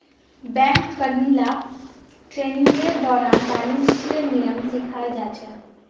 bank कर्मि ला ट्रेनिंगेर दौरान वाणिज्येर नियम सिखाल जा छेक